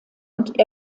und